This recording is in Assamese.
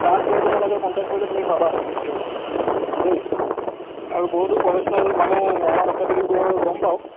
তাত গৈ তোমালোকে কনটেক কৰিলে তুমি পাবা চাগৈ তেওঁক দেই আৰু বহুতো প্ৰফেছনেল মানুহ মৰাণত আছে বুলিও গ গ'ম পাওঁ